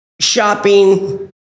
shopping